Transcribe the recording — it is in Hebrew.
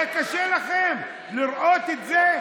זה קשה לכם לראות את זה?